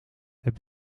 heb